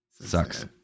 Sucks